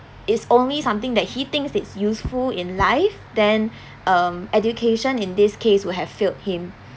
is only something that he thinks it's useful in life then um education in this case will have failed him